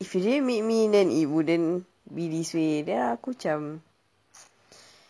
if you didn't meet me then it wouldn't be this way then aku macam